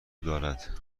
دارد